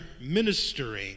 ministering